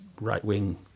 right-wing